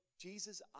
Jesus